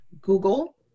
Google